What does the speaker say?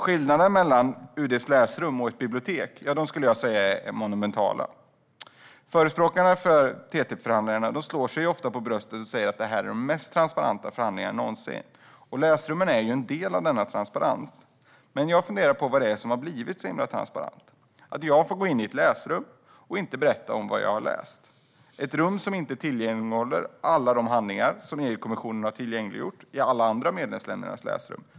Skillnaderna mellan UD:s läsrum och läsrum på ett bibliotek skulle jag säga är monumentala. Förespråkarna för TTIP-förhandlingarna slår sig ofta för bröstet och säger att det är de mest transparenta förhandlingarna någonsin, och läsrummen är en del av denna transparens. Men jag funderar på vad det är som har blivit så väldigt transparent. Jag får gå in i ett läsrum men inte berätta om vad jag har läst. Det är ett rum som inte håller tillgängligt alla de handlingar som EU-kommissionen har tillgängliggjort i alla andra medlemsländers läsrum.